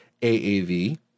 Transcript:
AAV